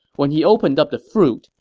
when he opened up the fruit,